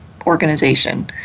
organization